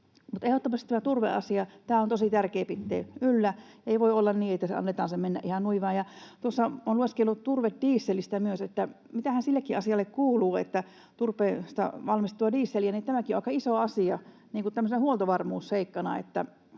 ehdottomasti tämä turveasia on tosi tärkeää pitää yllä. Ei voi olla niin, että annetaan sen mennä ihan noin vain. Olen laskenut turvedieselistä myös, että mitähän sillekin asialle kuuluu, turpeesta valmistetulle dieselille, ja tämäkin on aika iso asia tämmöisenä huoltovarmuusseikkana,